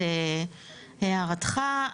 את הערתך,